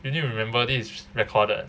you need to remember this is recorded